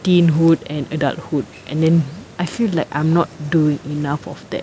teen hood and adulthood and then I feel like I'm not doing enough of that